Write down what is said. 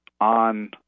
on